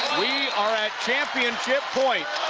we are at championship point.